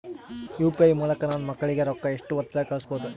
UPI ಮೂಲಕ ನನ್ನ ಮಕ್ಕಳಿಗ ರೊಕ್ಕ ಎಷ್ಟ ಹೊತ್ತದಾಗ ಕಳಸಬಹುದು?